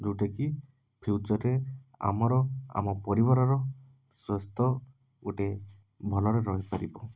ଯେଉଁଟାକି ଫ୍ୟୁଚର୍ରେ ଆମର ଆମ ପରିବାରର ସ୍ୱାସ୍ଥ୍ୟ ଗୋଟେ ଭଲରେ ରହିପାରିବ